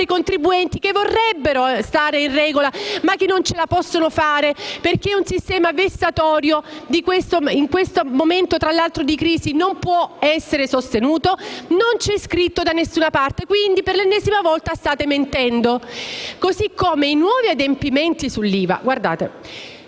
contribuenti che vorrebbero stare in regola, ma che non ce la possono fare, perché un sistema vessatorio, in questo momento di crisi, non può essere sostenuto. Non c'è scritto da alcuna parte, quindi per l'ennesima volta state mentendo. Lo stesso vale per quanto